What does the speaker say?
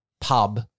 pub